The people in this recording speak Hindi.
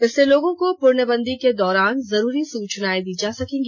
इससे लोगों को पूर्णबंदी के दौरान जरूरी सूचनाए दी जा सकेंगी